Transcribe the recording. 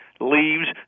leaves